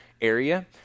area